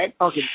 Okay